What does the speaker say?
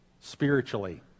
spiritually